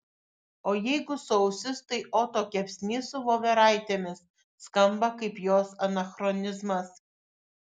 o jeigu sausis tai oto kepsnys su voveraitėmis skamba kaip jos anachronizmas